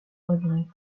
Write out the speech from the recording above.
regrette